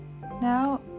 Now